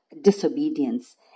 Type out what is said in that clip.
disobedience